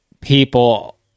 people